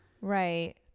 Right